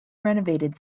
renovated